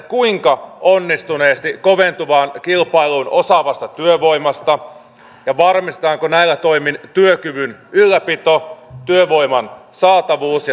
kuinka onnistuneesti koventuvaan kilpailuun osaavasta työvoimasta ja varmistetaanko näillä toimin työkyvyn ylläpito työvoiman saatavuus